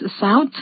south